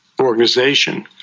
organization